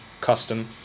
custom